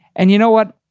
and you know what,